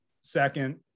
second